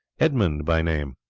edmund by name.